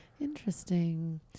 Interesting